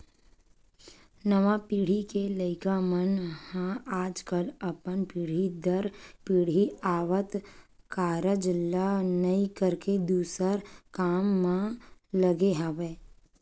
नवा पीढ़ी के लइका मन ह आजकल अपन पीढ़ी दर पीढ़ी आवत कारज ल नइ करके दूसर काम म लगे हवय